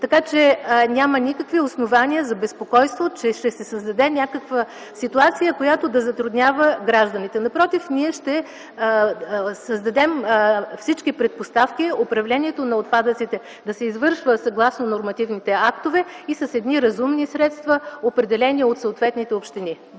Така, че няма никакви основания за безпокойство, че ще се създаде някаква ситуация, която да затруднява гражданите. Напротив, ние ще създадем всички предпоставки управлението на отпадъците да се извършва съгласно нормативните актове и с едни разумни средства, определени от съответните общини.